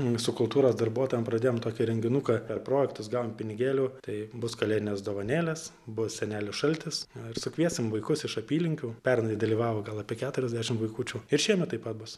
mūsų kultūros darbuotojam pradėjom tokį renginuką per projektus gavom pinigėlių tai bus kalėdinės dovanėlės bus senelis šaltis na ir sukviesim vaikus iš apylinkių pernai dalyvavo gal apie keturiasdešim vaikučių ir šiemet taip pat bus